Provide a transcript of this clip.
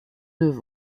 neuf